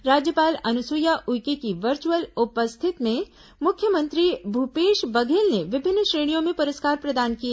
राज्यपाल अनुसुईया उइके की वर्चअल उपस्थित में मुख्यमंत्री भूपेश बघेल ने विभिन्न श्रेणियों में पुरस्कार प्रदान किए